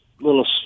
little